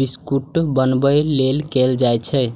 biscuit बनाबै लेल कैल जाइ छै